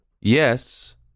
Yes